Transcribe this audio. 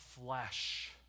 flesh